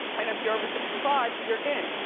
and if you're over sixty five you're in.